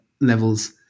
levels